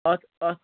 اَتھ اَتھ